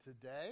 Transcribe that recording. today